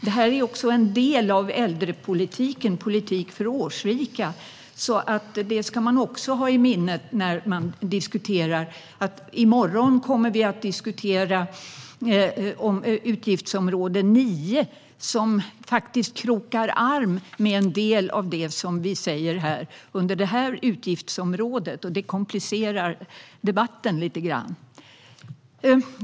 Det är också en del av äldrepolitiken, en politik för årsrika. Det ska man också ha i minnet när man diskuterar. I morgon kommer vi att debattera utgiftsområde 9, som faktiskt krokar arm med en del av det som vi säger under det här utgiftsområdet, och det komplicerar debatten lite grann.